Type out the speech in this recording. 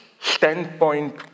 standpoint